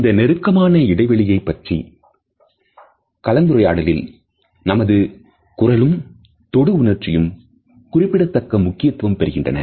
இந்த நெருக்கமான இடைவெளியை பற்றிய கலந்துரையாடலில் நமது குரலும் தொடு உணர்ச்சியும் குறிப்பிடத்தக்க முக்கியத்துவம் பெறுகின்றன